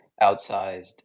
outsized